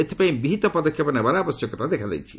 ଏଥିପାଇଁ ବିହିତ ପଦକ୍ଷେପ ନେବାର ଆବଶ୍ୟକତା ଦେଖାଦେଉଛି